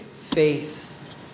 faith